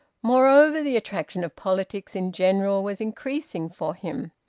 moreover, the attraction of politics in general was increasing for him.